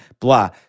blah